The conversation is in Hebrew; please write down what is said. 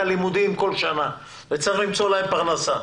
הלימודים כל שנה וצריך למצוא להם פרנסה.